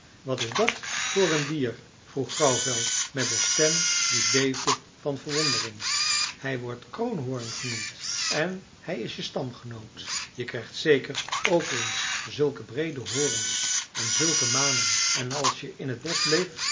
wat is dat voor een dier vroeg grauwvel met een stem die beefde van verwondering hij wordt kroonhoorn genoemd en hij is je stamgenoot je krijgt zeker ook eens zulke breede horens en zulke manen en als je in t bosch bleef